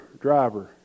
driver